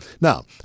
Now